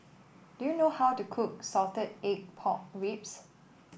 do you know how to cook Salted Egg Pork Ribs